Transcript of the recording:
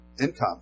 income